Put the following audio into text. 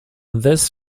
this